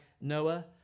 Noah